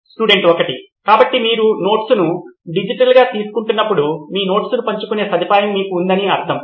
student 1 కాబట్టి మీరు నోట్స్ను డిజిటల్గా తీసుకుంటున్నప్పుడు మీ నోట్స్ను పంచుకునే సదుపాయం మీకు ఉందని అర్థం